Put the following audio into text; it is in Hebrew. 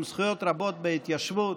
עם זכויות רבות בהתיישבות,